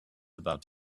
about